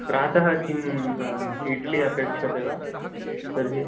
प्रातः किम् इड्लि अपेक्ष्यते वा तर्हि